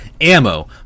ammo